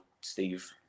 Steve